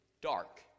dark